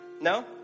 No